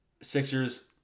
sixers